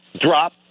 Drop